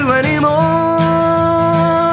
anymore